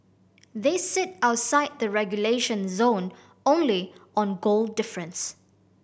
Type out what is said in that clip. they sit outside the relegation zone only on goal difference